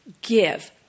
give